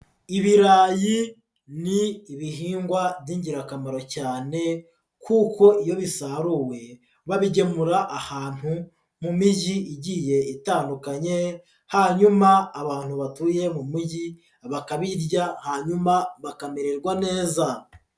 Ibirayi ni ibihingwa by'ingirakamaro cyane kuko iyo bisaruwe babigemura ahantu mu mijyi igiye itandukanye hanyuma abantu batuye mu mujyi bakabirya hanyuma bakamererwa neza.